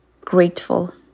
grateful